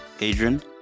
Adrian